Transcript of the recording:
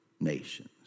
Nations